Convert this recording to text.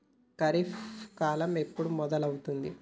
ఖరీఫ్ కాలం ఎప్పుడు మొదలవుతుంది?